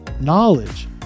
knowledge